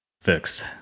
fix